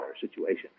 situation